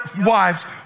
wives